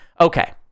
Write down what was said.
okay